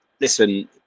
listen